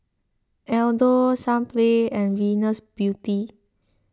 Aldo Sunplay and Venus Beauty